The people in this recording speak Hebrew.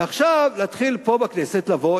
ועכשיו להתחיל פה בכנסת לבוא,